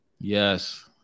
Yes